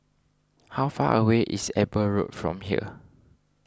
how far away is Eber Road from here